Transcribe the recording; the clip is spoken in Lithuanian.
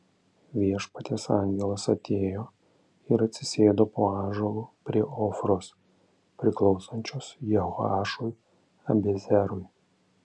viešpaties angelas atėjo ir atsisėdo po ąžuolu prie ofros priklausančios jehoašui abiezerui